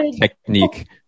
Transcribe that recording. technique